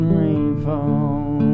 rainfall